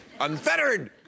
Unfettered